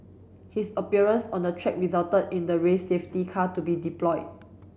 his appearance on the track resulted in the race safety car to be deployed